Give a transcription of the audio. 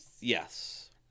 Yes